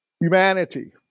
Humanity